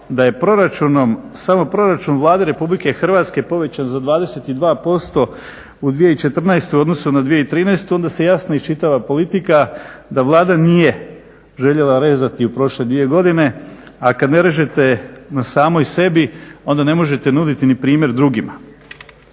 samo Proračun Vlade RH povećan za 22% u 2014. u odnosu na 2013. onda se jasno iščitava politika da Vlada nije željela rezati u prošle dvije godine. A kad ne režete na samoj sebi onda ne možete nuditi ni primjer drugima.